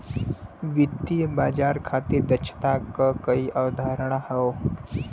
वित्तीय बाजार खातिर दक्षता क कई अवधारणा हौ